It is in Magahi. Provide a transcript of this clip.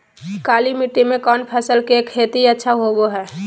काली मिट्टी में कौन फसल के खेती अच्छा होबो है?